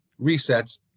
resets